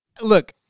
look